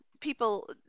people –